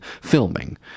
filming